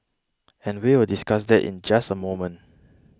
and we will discuss that in just a moment